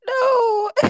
no